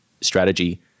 strategy